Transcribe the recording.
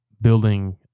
building